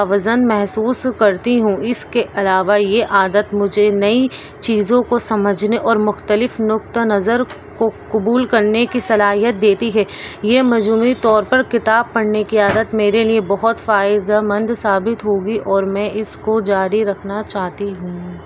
متاوزن محسوس کرتی ہوں اس کے علاوہ یہ عادت مجھے نئی چیزوں کو سمجھنے اور مختلف نقطہ نظر کو قبول کرنے کی صلاحیت دیتی ہے یہ مجموعی طور پر کتاب پڑھنے کی عادت میرے لیے بہت فائدہ مند ثابت ہوگی اور میں اس کو جاری رکھنا چاہتی ہوں